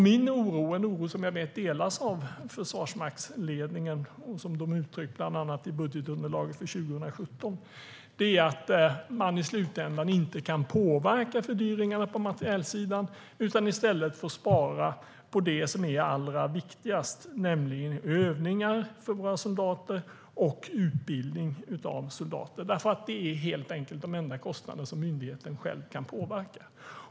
Min oro är en oro som jag vet delas av försvarsmaktsledningen; de har uttryckt den bland annat i budgetunderlaget för 2017. Den gäller att man i slutändan inte kan påverka fördyringarna på materielsidan utan i stället får spara på det som är allra viktigast, nämligen övningar för och utbildning av våra soldater. Det är helt enkelt de enda kostnader som myndigheten själv kan påverka.